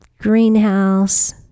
greenhouse